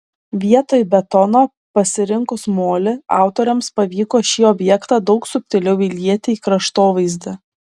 vietoj betono pasirinkus molį autoriams pavyko šį objektą daug subtiliau įlieti į kraštovaizdį